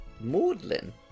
Maudlin